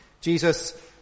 Jesus